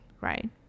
right